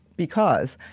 because